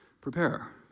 Prepare